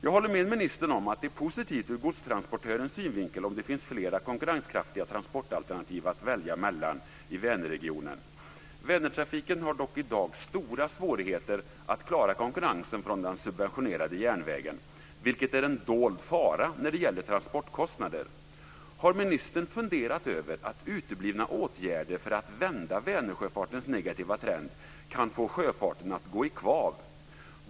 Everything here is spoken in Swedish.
Jag håller med ministern om att det är positivt ur godstransportörens synvinkel om det finns flera konkurrenskraftiga transportalternativ att välja mellan i Vänerregionen. Vänertrafiken har dock i dag stora svårigheter att klara konkurrensen från den subventionerade järnvägen, vilket är en dold fara när det gäller transportkostnader. Har ministern funderat över att uteblivna åtgärder för att vända Vänersjöfartens negativa trend kan få sjöfarten att gå i kvav?